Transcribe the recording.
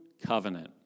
covenant